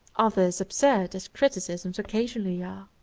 others absurd as criticisms occasionally are.